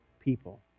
people